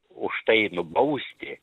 už tai nubausti